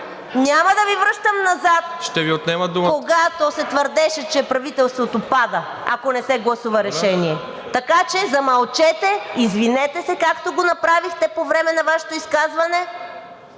ДЕСИСЛАВА АТАНАСОВА: …когато се твърдеше, че правителството пада, ако не се гласува решение. Така че, замълчете, извинете се, както го направихте по време на Вашето изказване